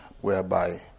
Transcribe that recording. whereby